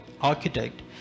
architect